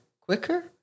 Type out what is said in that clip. quicker